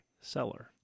seller